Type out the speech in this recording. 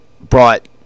brought